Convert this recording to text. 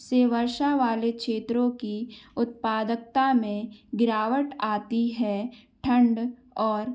से वर्षा वाले क्षेत्रों की उत्पादकता में गिरावट आती है ठंड और